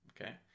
okay